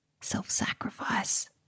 self-sacrifice